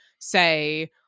say